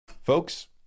Folks